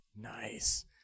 nice